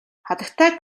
хатагтай